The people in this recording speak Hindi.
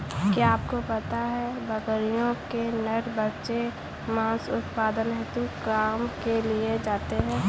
क्या आपको पता है बकरियों के नर बच्चे मांस उत्पादन हेतु काम में लाए जाते है?